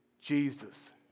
Jesus